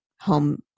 home